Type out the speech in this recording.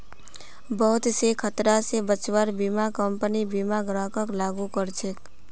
बहुत स खतरा स बचव्वार बीमा कम्पनी बीमा ग्राहकक लागू कर छेक